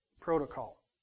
protocol